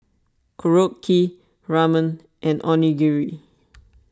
Korokke Ramen and Onigiri